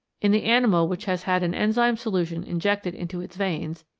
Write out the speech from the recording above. in the animal which has had an enzyme solution injected into its veins,